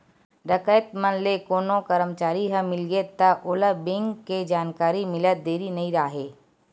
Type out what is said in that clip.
डकैत मन ले कोनो करमचारी ह मिलगे त ओला बेंक के जानकारी मिलत देरी नइ राहय